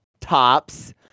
tops